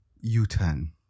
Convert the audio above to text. U-turn